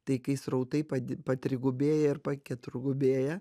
tai kai srautai padi patrigubėja ir paketurgubėja